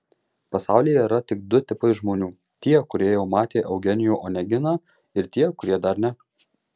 pasaulyje yra tik du tipai žmonių tie kurie jau matė eugenijų oneginą ir tie kurie dar ne